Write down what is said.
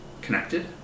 connected